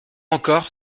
encore